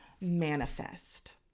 Manifest